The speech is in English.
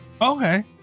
Okay